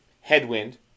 headwind